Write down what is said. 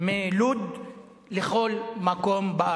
מלוד לכל מקום.